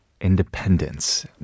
independence